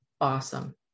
awesome